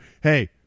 hey